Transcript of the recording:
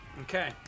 okay